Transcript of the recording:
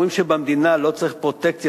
אומרים שבמדינה לא צריכים פרוטקציה,